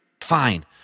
Fine